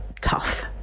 tough